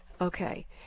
Okay